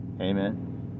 Amen